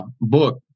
book